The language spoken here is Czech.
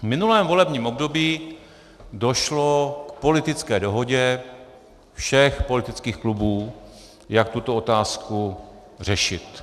V minulém volebním období došlo k politické dohodě všech politických klubů, jak tuto otázku řešit.